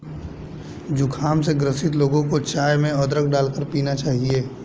जुखाम से ग्रसित लोगों को चाय में अदरक डालकर पीना चाहिए